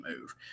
move